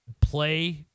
play